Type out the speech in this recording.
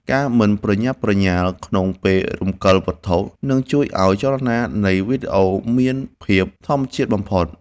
ការមិនប្រញាប់ប្រញាល់ក្នុងពេលរំកិលវត្ថុនឹងជួយឱ្យចលនានៃវីដេអូមានភាពធម្មជាតិបំផុត។